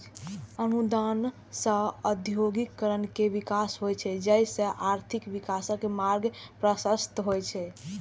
अनुदान सं औद्योगिकीकरण के विकास होइ छै, जइसे आर्थिक विकासक मार्ग प्रशस्त होइ छै